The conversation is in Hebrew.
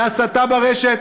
מהסתה ברשת,